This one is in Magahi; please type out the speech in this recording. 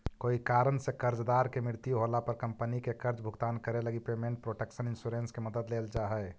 कोई कारण से कर्जदार के मृत्यु होला पर कंपनी के कर्ज भुगतान करे लगी पेमेंट प्रोटक्शन इंश्योरेंस के मदद लेल जा हइ